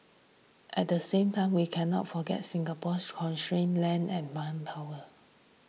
at the same time we cannot forget Singapore's constraints land and manpower